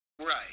right